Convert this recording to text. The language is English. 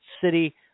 city